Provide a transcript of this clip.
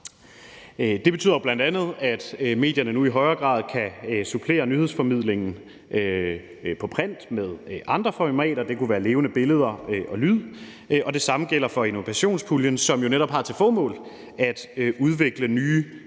Det betyder jo bl.a., at medierne nu i højere grad kan supplere nyhedsformidlingen på print med andre formater – det kunne være levende billeder og lyd – og det samme gælder for innovationspuljen, som jo netop har til formål at udvikle nye